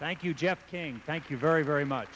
thank you jeff king thank you very very much